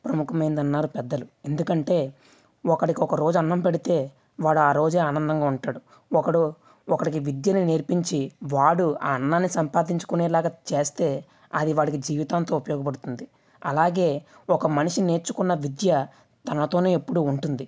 ప్రముఖమైంది అన్నారు పెద్దలు ఎందుకంటే ఒకడికి ఒక రోజు అన్నం పెడితే వాడు ఆరోజే ఆనందంగా ఉంటాడు ఒకరు ఒకడికి విద్యను నేర్పించి వాడు ఆ అన్నాన్ని సంపాదించుకునే లాగా చేస్తే అది వాడికి జీవితాంతం ఉపయోగపడుతుంది అలాగే ఒక మనిషి నేర్చుకున్న విద్య తనతోనే ఎప్పుడూ ఉంటుంది